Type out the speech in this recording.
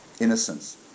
Innocence